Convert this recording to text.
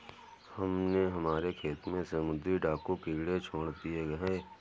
हमने हमारे खेत में समुद्री डाकू कीड़े छोड़ दिए हैं